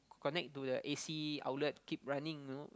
connect to the a_c outlet keep running know